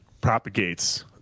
propagates